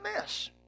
miss